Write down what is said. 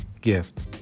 gift